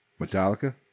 Metallica